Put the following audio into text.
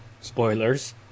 spoilers